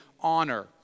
honor